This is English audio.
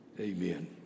Amen